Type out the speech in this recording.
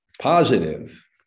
positive